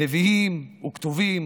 נביאים וכתובים,